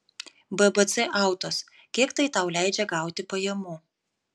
bbc autos kiek tai tau leidžia gauti pajamų